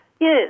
Yes